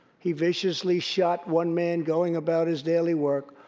he viciously shot one man going about his daily work.